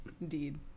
Indeed